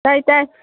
ꯇꯥꯏ ꯇꯥꯏ